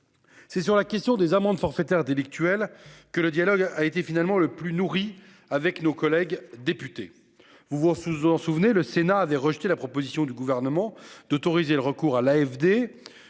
C'est sur la question des amendes forfaitaires délictuelles que le dialogue a été finalement le plus nourris avec nos collègues députés vous voir sous en souvenez le Sénat avait rejeté la proposition du gouvernement d'autoriser le recours à l'AFD.